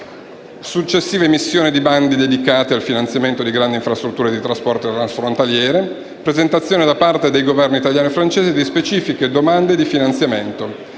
successiva emissione di bandi dedicati al finanziamento di grandi infrastrutture di trasporto transfrontaliero; presentazione da parte dei Governi italiano e francese di specifiche domande di finanziamento;